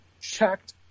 checked